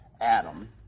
Adam